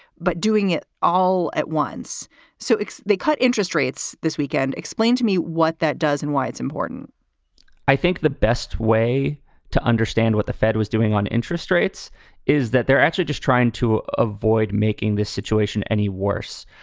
but doing it all at so they cut interest rates this weekend. explain to me what that does and why it's important i think the best way to understand what the fed was doing on interest rates is that they're actually just trying to avoid making this situation any worse.